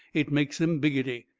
it makes em biggity.